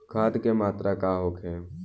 खाध के मात्रा का होखे?